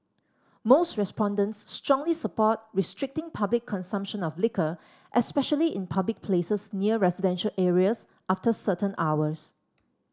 most respondents strongly support restricting public consumption of liquor especially in public places near residential areas after certain hours